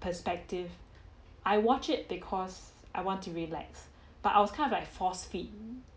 perspective I watch it because I want to relax but I was kind of like force feed